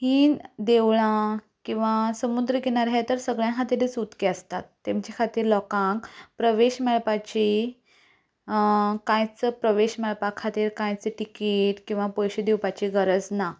हीं देवळां मागीर समुद्र किनारा हे तर सगळ्यां खातीर उकते आसतात हे तेमचे खातीर लोकांक प्रवेश मेळपाची कांयच प्रवेश मेळपा खातीर कांयच टिकीट किंवा पयशे दिवपाची गरज ना तशेंच